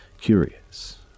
curious